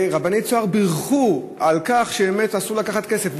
רבני "צהר" בירכו על כך שאסור לקחת כסף.